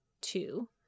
two